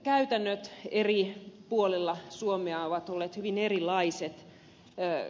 käytännöt eri puolilla suomea ovat olleet hyvin erilaiset